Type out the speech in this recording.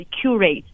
curate